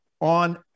on